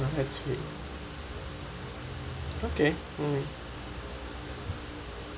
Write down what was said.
okay mm